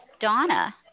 Donna